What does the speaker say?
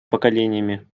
поколениями